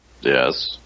Yes